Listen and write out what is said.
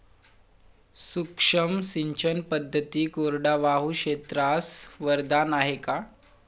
सूक्ष्म सिंचन पद्धती कोरडवाहू क्षेत्रास वरदान आहे का?